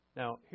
Now